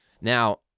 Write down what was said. Now